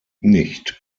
nicht